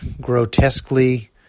grotesquely